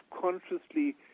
consciously